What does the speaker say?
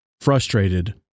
Frustrated